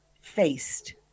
faced